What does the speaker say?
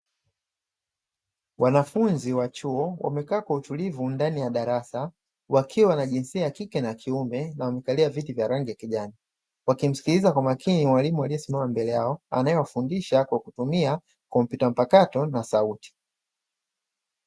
Wanafunzi wa chuo wamekaa kwa utulivu ndani ya darasa wakiwa wanajinsia ya kike na ya kiume na wamekalia viti vya rangi ya kijani wakimsikiliza kwa makini mwalimu aliyesimama mbele yao anayewafundisha kwa kutumia kompyuta mpakato na sauti.